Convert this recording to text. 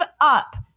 up